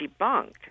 debunked